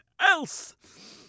else